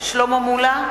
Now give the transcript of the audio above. שלמה מולה,